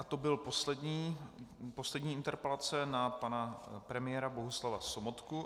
To byla poslední interpelace na pana premiéra Bohuslava Sobotku.